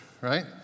right